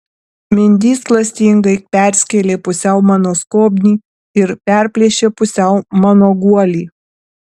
mindys klastingai perskėlė pusiau mano skobnį ir perplėšė pusiau mano guolį